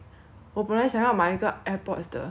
我本来想要买一个 airpods 的 then